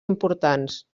importants